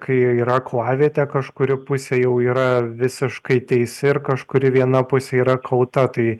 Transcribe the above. kai yra aklavietė kažkuri pusė jau yra visiškai teisi ir kažkuri viena pusė yra kauta tai